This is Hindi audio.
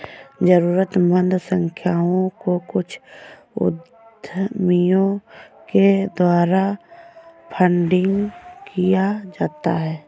जरूरतमन्द संस्थाओं को कुछ उद्यमियों के द्वारा फंडिंग किया जाता है